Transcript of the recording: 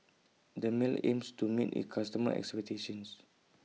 Dermale aims to meet IT customers' expectations